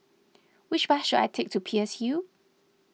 which bus should I take to Peirce Hill